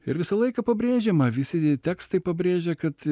ir visą laiką pabrėžiama visi tie tekstai pabrėžia kad